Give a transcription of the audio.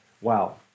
Wow